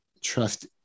trust